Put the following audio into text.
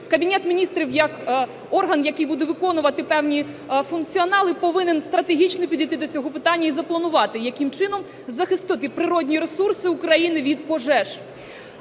Кабінет Міністрів як орган, який буде виконувати певні функціонали, повинен стратегічно підійти до цього питання і запланувати, яким чином захистити природні ресурси України від пожеж.